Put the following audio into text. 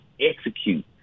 execute